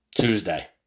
Tuesday